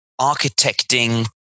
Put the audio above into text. architecting